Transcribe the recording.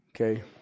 Okay